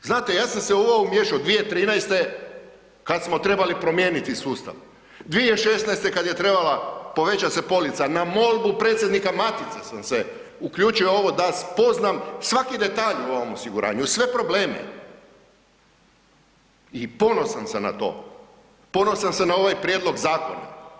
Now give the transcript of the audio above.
Znate ja sam se u ovo umiješao 2013.kada smo trebali promijeniti sustav, 2016.kada se je trebala povećati polica na molbu predsjednika matice sam se uključio u ovo da spoznam svaki detalj u ovom osiguranju i sve probleme, i ponosan sam na to, ponosan sam na ovaj prijedloga zakona.